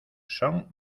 son